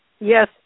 Yes